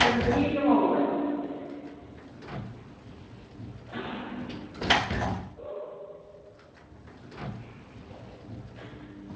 पं'जी नवंबर